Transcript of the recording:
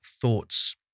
thoughts